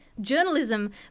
Journalism